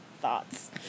thoughts